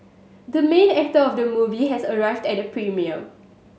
the main actor of the movie has arrived at the premiere